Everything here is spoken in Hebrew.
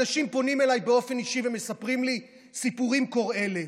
אנשים פונים אליי באופן אישי ומספרים לי סיפורים קורעי לב.